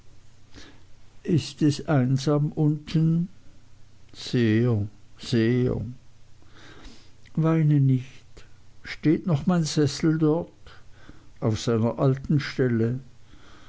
ist es einsam unten sehr sehr weine nicht steht noch mein sessel dort auf seiner alten stelle